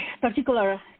particular